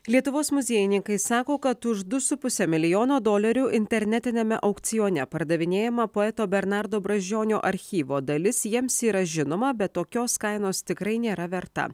lietuvos muziejininkai sako kad už du su puse milijono dolerių internetiniame aukcione pardavinėjama poeto bernardo brazdžionio archyvo dalis jiems yra žinoma bet tokios kainos tikrai nėra verta